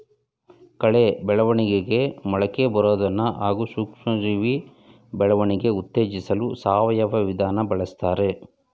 ಕಳೆ ಬೆಳವಣಿಗೆ ಮೊಳಕೆಬರೋದನ್ನ ಹಾಗೂ ಸೂಕ್ಷ್ಮಜೀವಿ ಬೆಳವಣಿಗೆ ಉತ್ತೇಜಿಸಲು ಸಾವಯವ ವಿಧಾನ ಬಳುಸ್ತಾರೆ